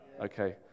Okay